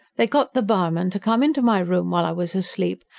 they got the barman to come into my room while i was asleep,